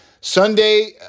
Sunday